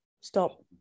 Stop